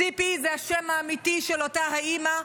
ציפי זה השם האמיתי של אותה אימא,